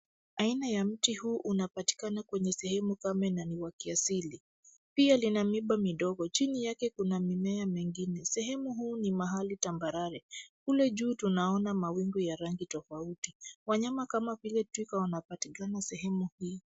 Aina ya mti huu unapatikana kwenye sehemu kame na ni wa kiasili, pia lina miba midogo, chini yake kuna mimea mingine, sehemu huu ni mahali tambarare, kule juu tunaona mawingu ya rangi tofauti, wanyama kama vile twiga wanapatikana sehemu hii.